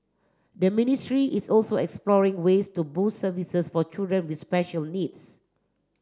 the ministry is also exploring ways to boost services for children with special needs